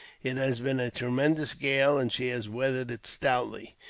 it has been a tremendous gale, and she has weathered it stoutly.